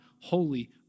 holy